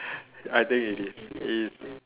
I think it is it is